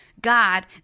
God